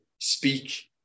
speak